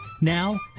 Now